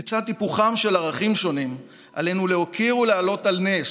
לצד טיפוחם של ערכים שונים עלינו להוקיר ולהעלות על נס